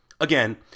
Again